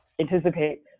anticipate